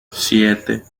siete